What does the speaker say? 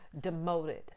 demoted